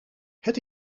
het